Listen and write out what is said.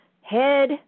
head